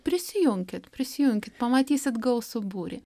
prisijunkit prisijunkit pamatysit gausų būrį